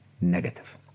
negative